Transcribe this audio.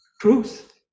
truth